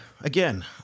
Again